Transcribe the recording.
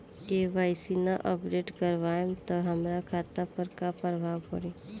KYC ना update करवाएम त हमार खाता पर का प्रभाव पड़ी?